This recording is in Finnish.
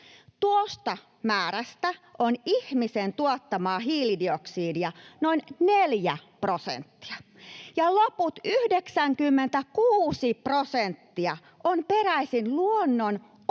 Tuosta määrästä on ihmisen tuottamaa hiilidioksidia noin 4 prosenttia ja loput 96 prosenttia on peräisin luonnon omista